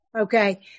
Okay